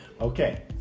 Okay